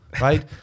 right